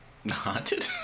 haunted